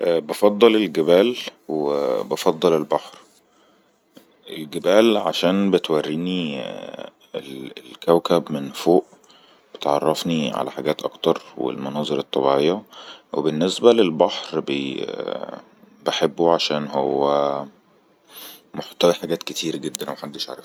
بفضل الجبال وبفضل البحر الجبال عشان بتوارينيءء الكوكب من فوء وبتعرفني على حاجات اكتر والمناظر الطبعية وبالنسبة للبحر بييء بحبه عشان هو محتوي حاجات كتير جدا وحدش عارف